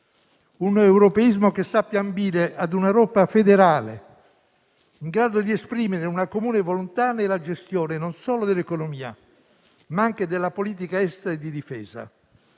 un europeismo che sappia ambire ad un'Europa federale in grado di esprimere una comune volontà nella gestione, non solo dell'economia, ma anche della politica estera e di difesa.